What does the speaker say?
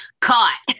caught